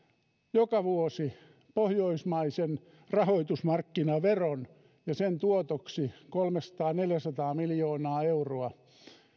joka vuosi pohjoismaisen rahoitusmarkkinaveron ja sen tuotoksi kolmesataa viiva neljäsataa miljoonaa euroa